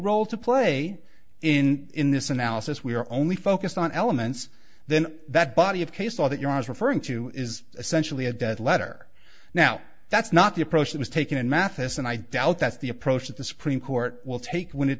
role to play in in this analysis we are only focused on elements then that body of case law that you're referring to is essentially a dead letter now that's not the approach that was taken in mathis and i doubt that's the approach that the supreme court will take when it